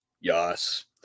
Yes